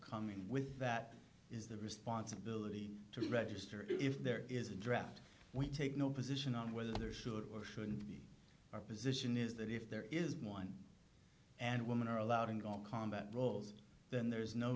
coming with that is the responsibility to register if there is a draft we take no position on whether there should or shouldn't be our position is that if there is one and women are allowed in going to combat roles then there is no